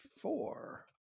four